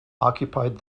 occupied